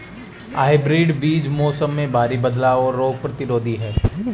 hybrid बीज मौसम में भारी बदलाव और रोग प्रतिरोधी हैं